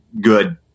good